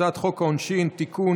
הצעת חוק העונשין (תיקון,